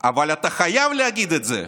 אבל אתה חייב להגיד את זה,